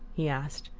he asked,